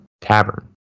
tavern